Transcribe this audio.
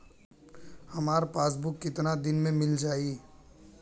हमार पासबुक कितना दिन में मील जाई?